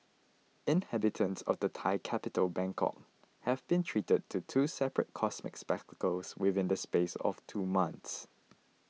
inhabitants of the Thai capital Bangkok have been treated to two separate cosmic spectacles within the space of two months